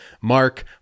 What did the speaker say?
Mark